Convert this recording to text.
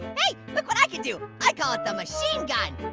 hey, look what i can do. i call it the machine gun.